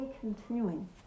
continuing